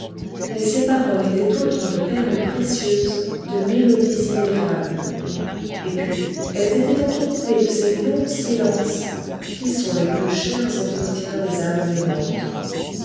mais ces paroles étaient autant de perles précieuses de mélodies ineffables et puis elles étaient entrecoupées de ces longs silences qui sont les plus chers entretiens des âmes